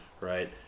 right